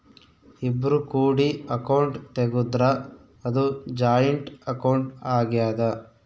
ಇಬ್ರು ಕೂಡಿ ಅಕೌಂಟ್ ತೆಗುದ್ರ ಅದು ಜಾಯಿಂಟ್ ಅಕೌಂಟ್ ಆಗ್ಯಾದ